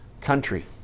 country